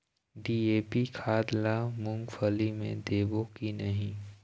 DAP खाद ला मुंगफली मे देबो की नहीं?